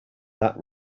that